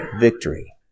victory